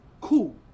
Cool